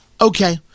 Okay